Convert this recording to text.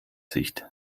sicht